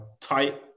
tight